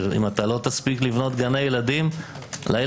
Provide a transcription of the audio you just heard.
שאם אתה לא תספיק לבנות גני ילדים לילדים